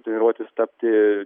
treniruotis tapti